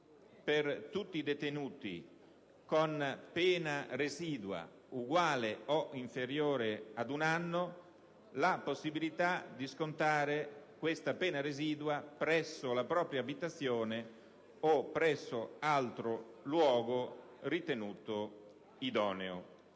per tutti i detenuti con pena residua uguale o inferiore ad un anno la possibilità di scontare la suddetta pena residua presso la propria abitazione o presso altro luogo ritenuto idoneo,